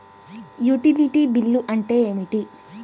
Utility bill అంటే ఏమిటి?